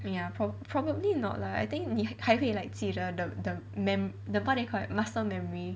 !aiya! probably not lah I think 你还会 like 记得 the the the mem~ how do they call it muscle memory